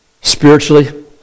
Spiritually